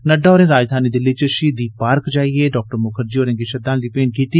नद्डा होरें राजधानी दिल्ली च शहीदी पार्क जाईए बी डॉ मुखर्जी होरें गी श्रद्धांजलि भेंट कीती